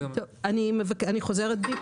אני חוזרת בי.